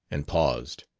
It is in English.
and paused.